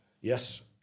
Yes